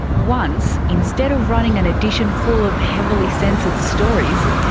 once, instead of running an edition full of heavily censored stories,